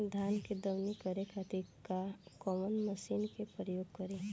धान के दवनी करे खातिर कवन मशीन के प्रयोग करी?